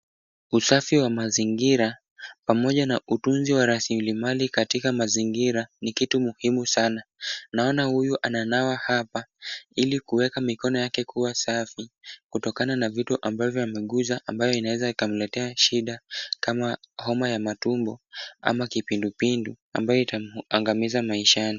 Usafi wa mazingira pamoja na utunzi wa rasilimali katika mazingira ni kitu muhimu sana. Unaona huyu ananawa hapa ili kuweka mikono yake kuwa safi, kutokana na vitu ambavyo yamegusa ambayo inaweza ikamletea shida, kama homa ya matumbo, ama kipindupindu ambayo itamwangamiza maishani.